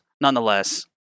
nonetheless